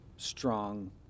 strong